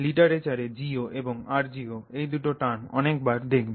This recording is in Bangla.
লিটারেচারে GO এবং rGO এই দুটো টার্ম অনেক বার দেখবে